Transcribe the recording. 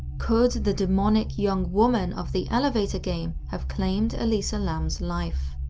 could the demonic, young woman of the elevator game have claimed elisa lam's life?